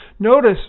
Notice